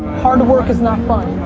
hard work is not fun.